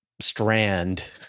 strand